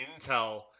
Intel